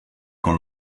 con